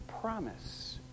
promise